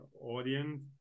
audience